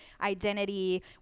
identity